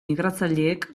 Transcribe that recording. migratzaileek